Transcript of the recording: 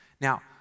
Now